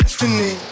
Destiny